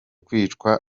kwicwa